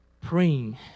praying